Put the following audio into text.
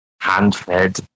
hand-fed